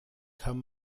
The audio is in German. kann